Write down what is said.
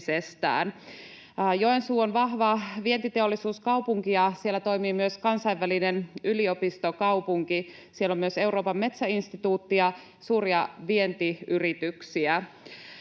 Joensuu on vahva vientiteollisuuskaupunki, ja siellä toimii myös kansainvälinen yliopistokaupunki. Siellä on myös Euroopan metsäinstituutti ja suuria vientiyrityksiä.